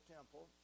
Temple